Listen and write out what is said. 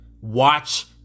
Watch